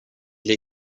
les